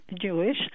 Jewish